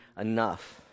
enough